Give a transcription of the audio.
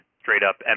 straight-up